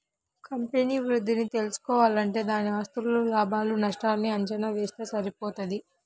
company వృద్ధిని తెల్సుకోవాలంటే దాని ఆస్తులు, లాభాలు నష్టాల్ని అంచనా వేస్తె సరిపోతది